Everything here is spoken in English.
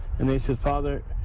and they said father,